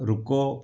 ਰੁਕੋ